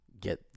get